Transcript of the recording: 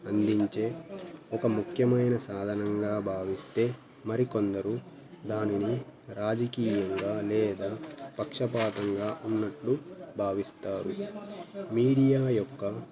అందించే ఒక ముఖ్యమైన సాధనంగా భావిస్తే మరికొందరు దానిని రాజకీయంగా లేదా పక్షపాతంగా ఉన్నట్లు భావిస్తారు మీడియా యొక్క